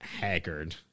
haggard